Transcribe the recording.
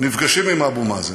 נפגשים עם אבו מאזן,